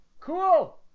Cool